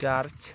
charge